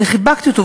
אני חיבקתי אותו,